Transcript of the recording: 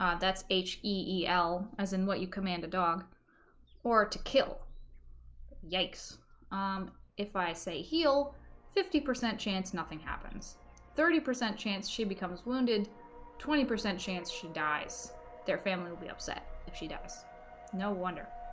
um that's h ee l as in what you command a dog or to kill yikes um if i say heal fifty percent chance nothing happens thirty percent chance she becomes wounded twenty percent chance she dies their family will be upset if she does no wonder